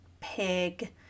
pig